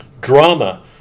Drama